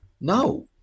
No